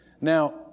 Now